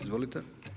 Izvolite.